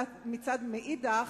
אולם מאידך,